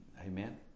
Amen